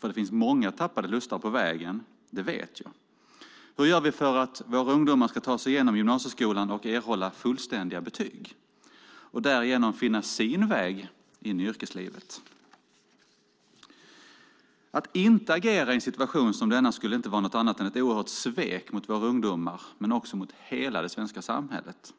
Att det finns många tappade lustar på vägen vet jag. Hur gör vi för att våra ungdomar ska ta sig igenom gymnasieskolan och erhålla fullständiga betyg och därigenom finna sin väg in i yrkeslivet? Att inte agera i en situation som denna skulle inte vara något annat än ett oerhört svek mot våra ungdomar men också mot hela det svenska samhället.